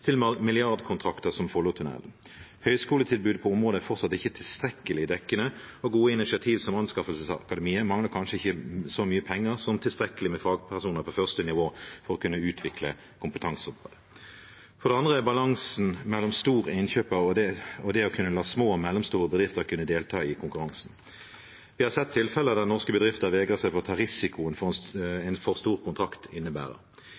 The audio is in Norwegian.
til milliardkontrakter som Follotunnelen. Høyskoletilbudet på området er fortsatt ikke tilstrekkelig dekkende, og gode initiativ, som Anskaffelsesakademiet, mangler kanskje ikke så mye penger som tilstrekkelig med fagpersoner på første nivå for å kunne utvikle kompetanseområdet. For det andre er det balansen mellom store innkjøpere og det å kunne la små og mellomstore bedrifter delta i konkurransen. Vi har sett tilfeller der norske bedrifter vegrer seg for å ta risikoen som en for stor kontrakt innebærer.